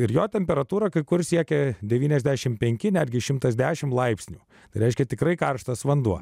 ir jo temperatūra kai kur siekia devyniasdešimt penki netgi šimtas dešimt laipsnių reiškia tikrai karštas vanduo